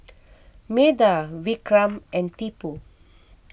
Medha Vikram and Tipu